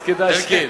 אז כדאי.